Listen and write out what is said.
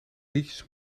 liedjes